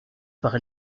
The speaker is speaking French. par